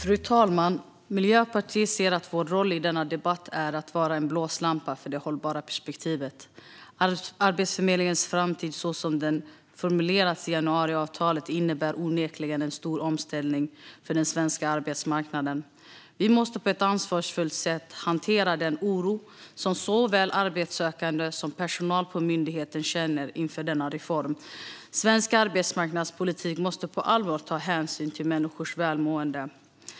Fru talman! Vi i Miljöpartiet ser att vår roll i denna debatt är att vara en blåslampa för det hållbara perspektivet. Arbetsförmedlingens framtid, så som den formuleras i januariavtalet, innebär onekligen en stor omställning för den svenska arbetsmarknaden. Vi måste på ett ansvarsfullt sätt hantera den oro som såväl arbetssökande som personal på myndigheten känner inför denna reform. Svensk arbetsmarknadspolitik måste på allvar ta hänsyn till människors välmående.